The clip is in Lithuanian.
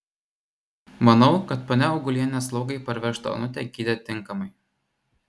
manau kad ponia augulienė slaugai parvežtą onutę gydė tinkamai